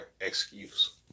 excuse